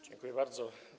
Dziękuję bardzo.